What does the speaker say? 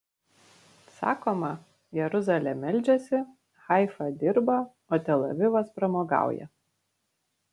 sakoma jeruzalė meldžiasi haifa dirba o tel avivas pramogauja